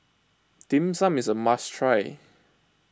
Dim Sum is a must try